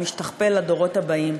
שמשתכפל לדורות הבאים.